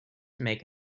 make